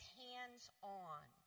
hands-on